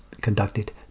conducted